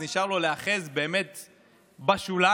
אז נשאר לו להיאחז באמת בשוליים.